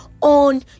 on